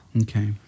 Okay